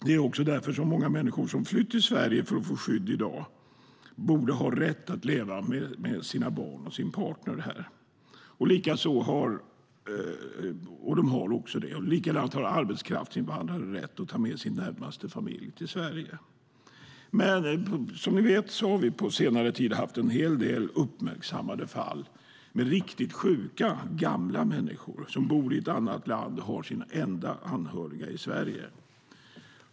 Det är också därför som många människor som flytt till Sverige för att få skydd i dag borde ha rätt att leva med sina barn och sin partner här - det har de också. Likadant har arbetskraftsinvandrare rätt att ta med sin närmaste familj till Sverige. Men som ni vet har vi på senare tid haft en hel del uppmärksammade fall med riktigt sjuka gamla människor som bor i ett annat land och har sina enda anhöriga i Sverige.